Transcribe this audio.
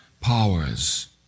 powers